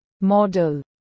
model